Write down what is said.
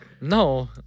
No